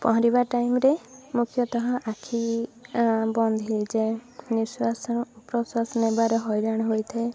ପହଁରିବା ଟାଇମ୍ରେ ମୁଖ୍ୟତଃ ଆଖି ବନ୍ଦ ହୋଇଯାଏ ନିଶ୍ଵାସ ପ୍ରଶ୍ଵାସ ନେବାରେ ହଇରାଣ ହୋଇଥାଏ